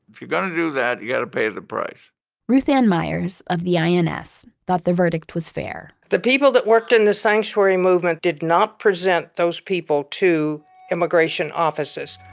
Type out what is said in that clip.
if you're going to do that, you've got to pay the price ruth anne myers of the ins thought the verdict was fair the people that worked in the sanctuary movement did not present those people to immigration offices.